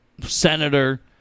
senator